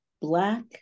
black